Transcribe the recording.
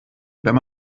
wenn